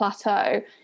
plateau